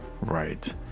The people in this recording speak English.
Right